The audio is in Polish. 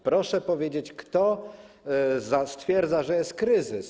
Proszę powiedzieć, kto stwierdza, że jest kryzys.